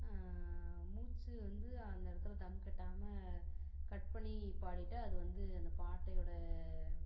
மூச்சு வந்து அந்தெடத்தில் தம் கட்டாமல் கட் பண்ணி பாடிட்டு அது வந்து அந்த பாட்டயோடய